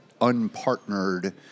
unpartnered